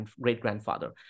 great-grandfather